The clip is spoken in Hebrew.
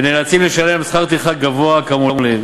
והם נאלצים לשלם שכר טרחה גבוה כאמור לעיל.